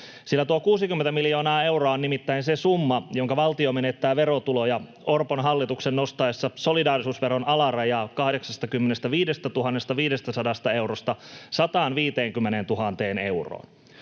sillä tuo 60 miljoonaa euroa on nimittäin se summa, jonka valtio menettää verotuloja Orpon hallituksen nostaessa solidaarisuusveron alarajaa 85 500 eurosta 150 000 euroon.